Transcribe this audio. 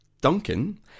Duncan